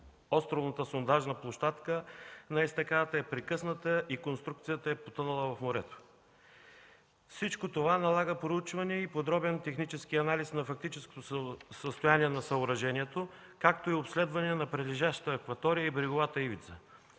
островната сондажна площадка на естакадата са прекъснати и конструкцията е потънала в морето. Всичко това налага проучване и подробен технически анализ на фактическото състояние на съоръжението, както и обследване на прилежащата акватория и бреговата ивица,